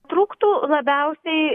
trūktų labiausiai